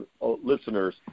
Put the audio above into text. listeners